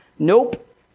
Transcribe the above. Nope